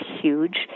huge